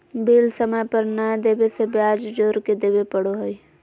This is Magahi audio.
बिल समय पर नयय देबे से ब्याज जोर के देबे पड़ो हइ